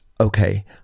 okay